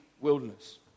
wilderness